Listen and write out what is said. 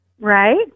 Right